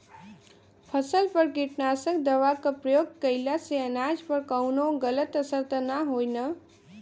फसल पर कीटनाशक दवा क प्रयोग कइला से अनाज पर कवनो गलत असर त ना होई न?